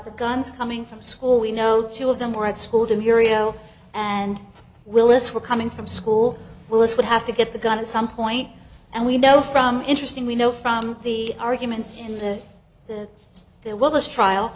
the guns coming from school we know chew of them or at school to muriel and willis were coming from school well this would have to get the gun at some point and we know from interesting we know from the arguments in the us there well this trial